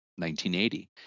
1980